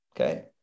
okay